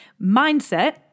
mindset